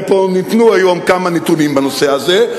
ופה ניתנו היום כמה נתונים בנושא הזה,